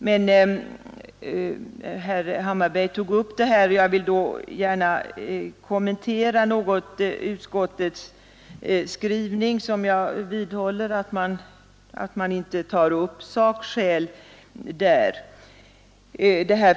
Men herr Hammarberg tog upp denna fråga, och jag vidhåller då att utskottet i sin skrivning inte tagit hänsyn till sakskäl.